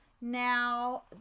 now